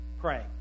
praying